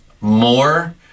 more